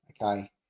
okay